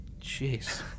Jeez